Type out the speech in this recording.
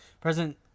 President